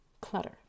Clutter